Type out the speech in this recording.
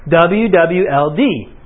W-W-L-D